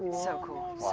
so cool.